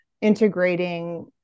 integrating